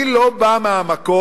אני לא בא מהמקום,